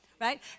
right